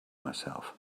myself